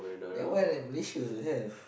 that one at Malaysia also have